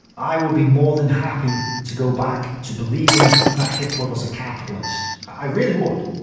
i would be more than happy to go back to believing that hitler was a capitalist. i really would.